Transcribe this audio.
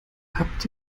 habt